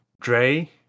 Dre